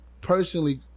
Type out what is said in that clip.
personally